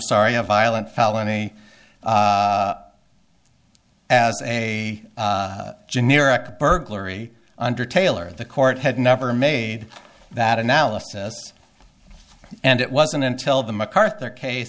sorry a violent felony as a generic burglary under taylor the court had never made that analysis and it wasn't until the macarthur case